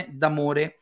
d'amore